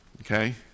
Okay